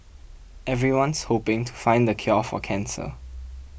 everyone's hoping to find the cure for cancer